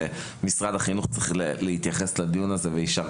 שמשרד החינוך צריך להתייחס אל הדיון הזה ברצינות.